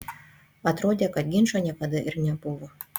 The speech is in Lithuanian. atrodė kad ginčo niekada ir nebuvo